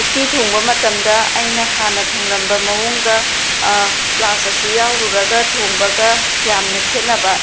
ꯎꯇꯤ ꯊꯣꯡꯕ ꯃꯇꯝꯗ ꯑꯩꯅ ꯍꯥꯟꯅ ꯊꯣꯡꯂꯝꯕ ꯃꯑꯣꯡꯒ ꯀ꯭ꯂꯥꯁ ꯑꯁꯤ ꯌꯥꯎꯔꯨꯔꯒ ꯊꯣꯡꯕꯒ ꯌꯥꯝꯅ ꯈꯦꯟꯅꯕ